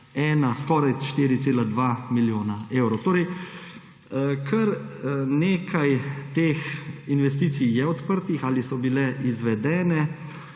skoraj 4,2 milijona evrov. Torej kar nekaj teh investicij je odprtih ali so bile izvedene.